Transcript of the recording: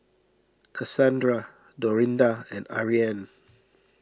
Kassandra Dorinda and Ariane